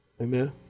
Amen